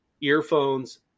earphones